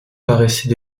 paraissaient